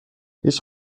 هیچ